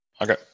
okay